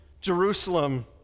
Jerusalem